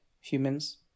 humans